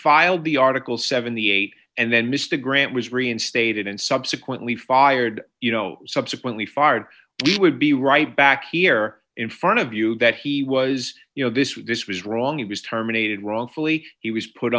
filed the article seventy eight and then mr grant was reinstated and subsequently fired you know subsequently fired he would be right back here in front of you that he was you know this this was wrong he was terminated role fully he was put